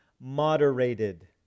moderated